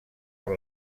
per